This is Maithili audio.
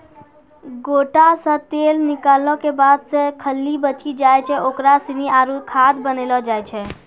गोटा से तेल निकालो के बाद जे खल्ली बची जाय छै ओकरा सानी आरु खाद बनैलो जाय छै